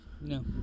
No